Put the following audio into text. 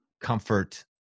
comfort